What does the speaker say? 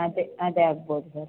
ಅದೇ ಅದೇ ಆಗ್ಬೋದು ಸರ್